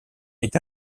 est